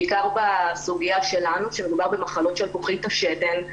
בעיקר בסוגיה שלנו שמדובר במחלות שלפוחית השתן,